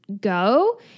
go